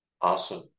Awesome